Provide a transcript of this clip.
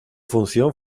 función